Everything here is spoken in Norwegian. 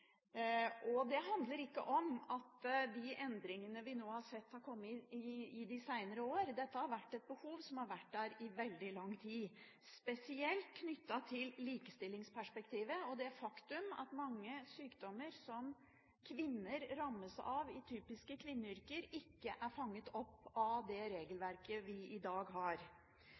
Det handler ikke om at de endringene vi nå har sett, har kommet de senere år. Dette har vært et behov som har vært der i veldig lang tid – spesielt knyttet til likestillingsperspektivet og det faktum at mange sykdommer som kvinner rammes av i typiske kvinneyrker, ikke er fanget opp av det regelverket vi i dag har.